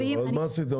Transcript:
אז מה עשיתם?